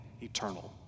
eternal